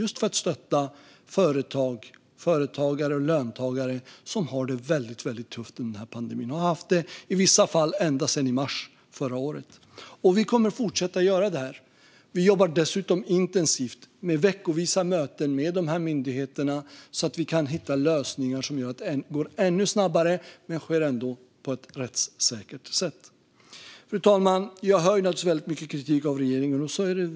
Det har skett just för att stötta företagare och löntagare som har det väldigt tufft i pandemin. Det har de i vissa fall haft ända sedan i mars förra året. Vi kommer att fortsätta att göra detta. Vi jobbar dessutom intensivt med veckovisa möten med de här myndigheterna så att vi kan hitta lösningar som gör att det går ännu snabbare men att det ändå sker på ett rättssäkert sätt. Fru talman! Jag hör väldigt mycket kritik mot regeringen.